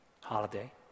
holiday